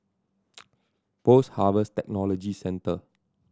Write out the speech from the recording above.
Post Harvest Technology Centre